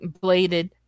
bladed